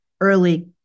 early